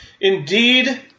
Indeed